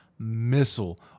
missile